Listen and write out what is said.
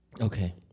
Okay